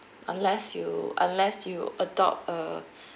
unless you unless you adopt a